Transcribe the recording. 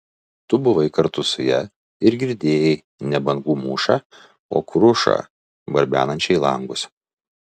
tu buvai kartu su ja ir girdėjai ne bangų mūšą o krušą barbenančią į langus